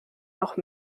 noch